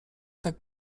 tak